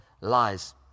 lies